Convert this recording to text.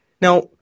Now